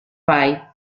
vai